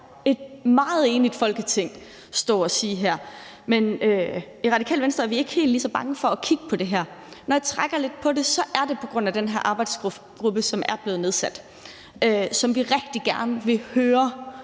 et meget enigt Folketing stå og sige her, men i Radikale Venstre er vi ikke helt lige så bange for at kigge på det her. Når jeg trækker lidt på det, er det på grund af den her arbejdsgruppe, som er blevet nedsat, og som vi rigtig gerne vil høre